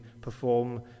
perform